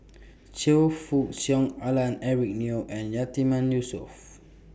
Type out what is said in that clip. Choe Fook Cheong Alan Eric Neo and Yatiman Yusof